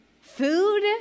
food